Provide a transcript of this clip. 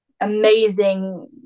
amazing